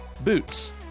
Boots